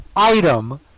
item